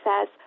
says